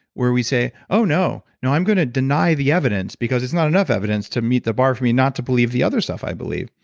where we say, oh, no. no. i'm going to deny the evidence, because it's not enough evidence to meet the bar for me not to believe the other stuff i believe.